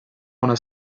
una